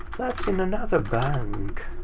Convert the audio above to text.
that's in another bank!